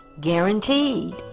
Guaranteed